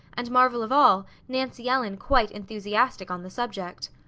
and marvel of all, nancy ellen quite enthusiastic on the subject.